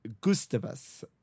Gustavus